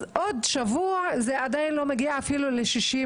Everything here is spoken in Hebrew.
עוד שבוע זה עדיין לא מגיע ל-60%,